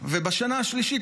ובשנה השלישית,